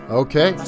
okay